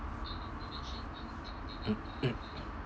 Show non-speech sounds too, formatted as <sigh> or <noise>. <coughs>